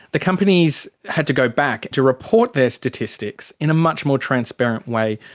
the companies had to go back to report their statistics in a much more transparent way.